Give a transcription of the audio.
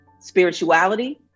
spirituality